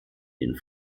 den